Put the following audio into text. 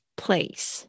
place